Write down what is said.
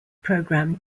program